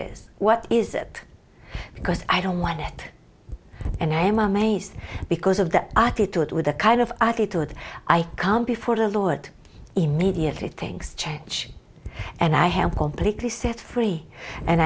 is what is it because i don't want it and i am amazed because of that i could do it with the kind of attitude i can before the lord immediately things change and i have completely set free and